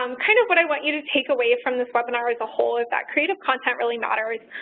um kind of what i want you to take away from this webinar as a whole is that creative content really matters.